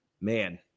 man